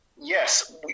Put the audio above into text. yes